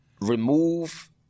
Remove